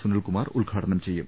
സുനിൽ കുമാർ ഉദ്ഘാടനം ചെയ്യും